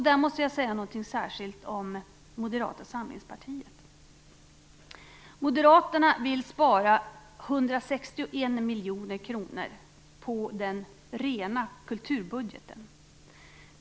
Där måste jag särskilt säga någonting om Moderaterna vill spara 161 miljoner kronor på den rena kulturbudgeten.